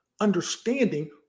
understanding